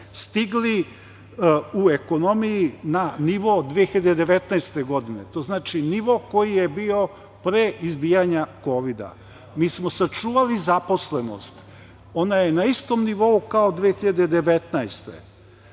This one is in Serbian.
stigli u ekonomiji na nivo od 2019. godine, to znači nivo koji je bio pre izbijanja kovida. Mi smo sačuvali zaposlenost. Ona je na istom nivou kao 2019. godine.